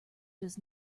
does